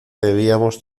debíamos